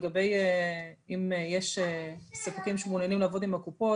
לגבי אם יש ספקים שמעוניינים לעבוד עם הקופות,